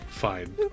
Fine